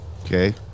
Okay